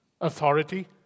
Authority